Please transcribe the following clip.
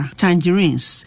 tangerines